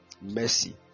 mercy